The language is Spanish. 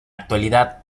actualidad